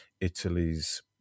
Italy's